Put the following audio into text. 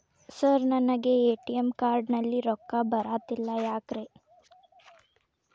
Sir ನನಗೆ ATM card ನಲ್ಲಿ ರೊಕ್ಕ ಬರತಿಲ್ಲ ಯಾಕ್ರೇ?